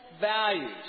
values